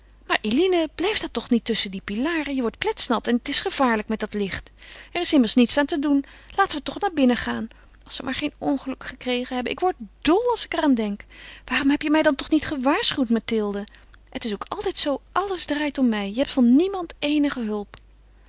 eline blijf daar toch niet tusschen die pilaren je wordt kletsnat en het is gevaarlijk met dat licht er is immers niets aan te doen laten we toch naar binnen gaan als ze maar geen ongeluk gekregen hebben ik word dol als ik er aan denk waarom heb je mij dan toch niet gewaarschuwd mathilde het is ook altijd zoo alles draait om mij je hebt van niemand eenige hulp